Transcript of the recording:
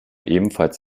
ebenfalls